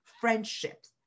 friendships